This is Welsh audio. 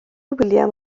william